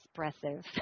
expressive